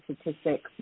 statistics